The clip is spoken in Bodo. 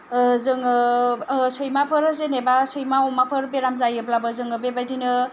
जोङो सैमाफोर जेनेबा सैमा अमाफोर बेराम जायोब्लाबो जोङो बेबायदिनो